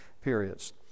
periods